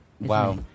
Wow